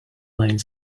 lane